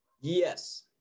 Yes